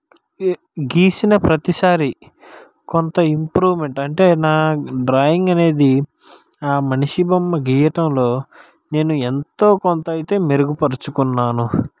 గీసిన ప్రతిసారి కొంత ఇంప్రూమెంట్ అంటే నా డ్రాయింగ్ అనేది ఆ మనిషి బొమ్మ గీయటంలో నేను ఎంతో కొంత అయితే మెరుగుపరుచుకున్నాను